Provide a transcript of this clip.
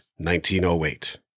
1908